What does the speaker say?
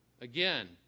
again